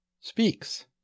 speaks